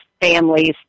families